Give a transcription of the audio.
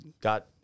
got